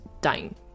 dying